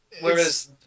Whereas